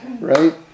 Right